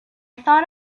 thought